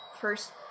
first